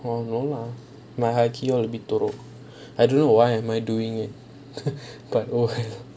no no lah my huggy all a bite a row I don't know why am I doing it but oh